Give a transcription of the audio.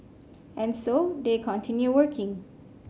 and so they continue working